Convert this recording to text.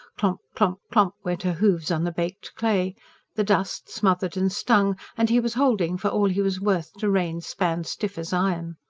clomp-clomp-clomp went her hoofs on the baked clay the dust smothered and stung, and he was holding for all he was worth to reins spanned stiff as iron.